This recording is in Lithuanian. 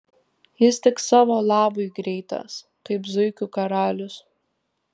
jis tik savo labui greitas kaip zuikių karalius